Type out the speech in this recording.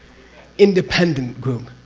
independent group,